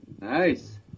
Nice